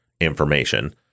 information